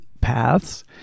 paths